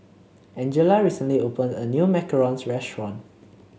Angela recently opened a new macarons restaurant